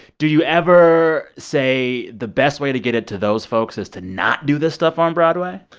do you ever say the best way to get it to those folks is to not do this stuff on broadway?